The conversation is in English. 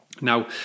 Now